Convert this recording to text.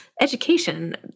education